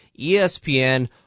ESPN